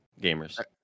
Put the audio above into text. gamers